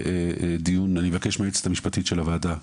אני אבקש מהיועצת המשפטית של הוועדה